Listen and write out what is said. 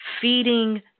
feeding